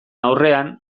aurrean